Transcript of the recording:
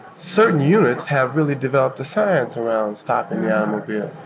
certain units have really developed a science around stopping the automobile.